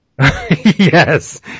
Yes